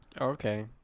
Okay